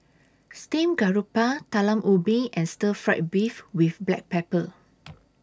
Steamed Garoupa Talam Ubi and Stir Fried Beef with Black Pepper